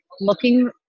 looking